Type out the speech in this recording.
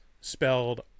spelled